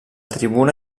tribuna